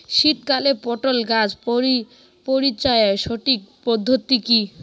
শীতকালে পটল গাছ পরিচর্যার সঠিক পদ্ধতি কী?